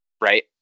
right